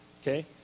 Okay